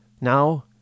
now